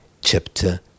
chapter